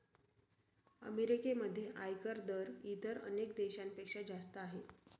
अमेरिकेमध्ये आयकर दर इतर अनेक देशांपेक्षा जास्त आहे